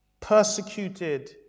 persecuted